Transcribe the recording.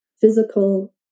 physical